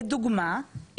לדוגמא,